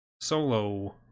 Solo